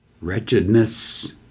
wretchedness